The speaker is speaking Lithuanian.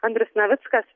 andrius navickas